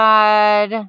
God